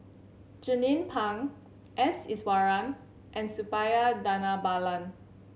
Jernnine Pang S Iswaran and Suppiah Dhanabalan